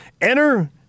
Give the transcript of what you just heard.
Enter